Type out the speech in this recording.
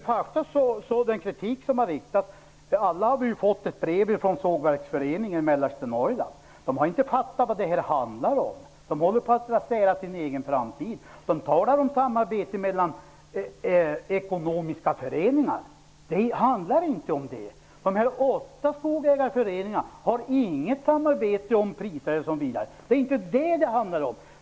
Fru talman! Alla har vi fått ett brev från Sågverksföreningen i mellersta Norrland. Där har man inte fattat vad det handlar om. De håller på att rasera sin egen framtid. De talar om samarbete mellan ekonomiska föreningar. Det handlar inte om det. De åtta skogägarföreningarna har inget samarbete om priser osv. Det är inte det som det handlar om.